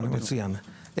מצוין,